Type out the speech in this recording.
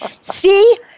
See